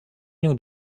knew